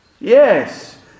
Yes